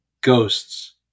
ghosts